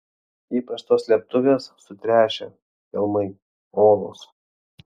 įprastos slėptuvės sutręšę kelmai olos